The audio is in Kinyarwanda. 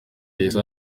yahise